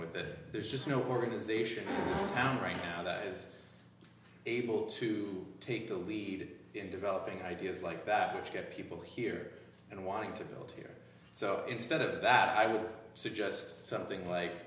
with it there's just no organization around right now that is able to take the lead in developing ideas like that to get people here and wanting to build here so instead of that i would suggest something like